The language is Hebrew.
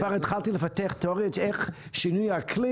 כי אני כבר התחלתי לפתח תיאוריות איך שינוי האקלים